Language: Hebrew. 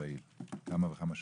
פעיל בה במשך כמה וכמה שנים,